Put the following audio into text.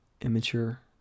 immature